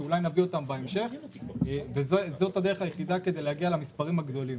שאולי נביא אותם בהמשך וזאת הדרך היחידה כדי להגיע למספרים הגדולים.